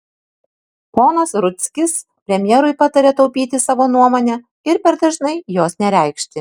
ponas rudzkis premjerui pataria taupyti savo nuomonę ir per dažnai jos nereikšti